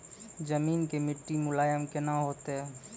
जमीन के मिट्टी मुलायम केना होतै?